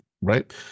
right